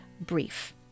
brief